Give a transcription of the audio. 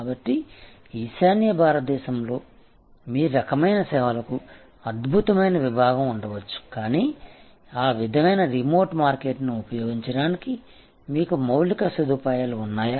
కాబట్టి ఈశాన్య భారతదేశంలో మీ రకమైన సేవలకు అద్భుతమైన విభాగం ఉండవచ్చు కానీ ఆ విధమైన రిమోట్ మార్కెట్ను ఉపయోగించడానికి మీకు మౌలిక సదుపాయాలు ఉన్నాయా